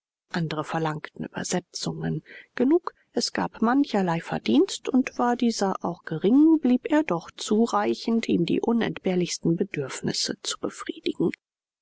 andere verlangten übersetzungen genug es gab mancherlei verdienst und war dieser auch gering blieb er doch zureichend ihm die unentbehrlichsten bedürfnisse zu befriedigen